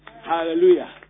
Hallelujah